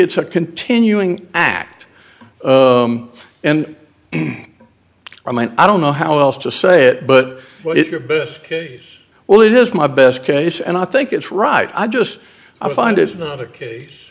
it's a continuing act and i mean i don't know how else to say it but what is your best case well it is my best case and i think it's right i just find it's not the case